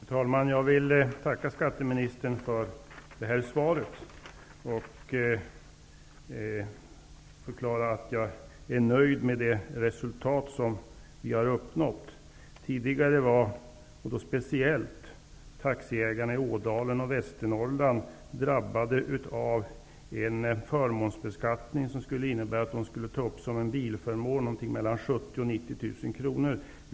Fru talman! Jag vill tacka skatteministern för det här svaret och förklara att jag är nöjd med det resultat som vi har uppnått. Tidigare var speciellt taxiägarna i Ådalen och Västernorrland drabbade av en förmånsbeskattning som skulle innebära att de som bilförmån skulle ta upp 70 000--90 000 kr.